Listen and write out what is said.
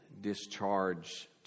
discharge